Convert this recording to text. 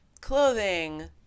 clothing